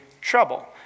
trouble